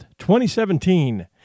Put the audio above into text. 2017